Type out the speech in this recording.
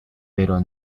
pero